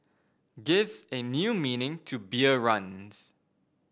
gives a new meaning to beer runs